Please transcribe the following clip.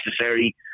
necessary